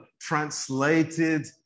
translated